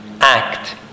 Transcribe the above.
act